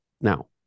Now